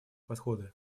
подходы